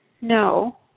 No